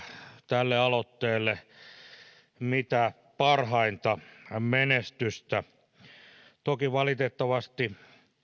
tälle aloitteelle voi toivoa mitä parhainta menestystä toki valitettavasti